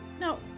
No